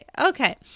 Okay